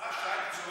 השר שטייניץ,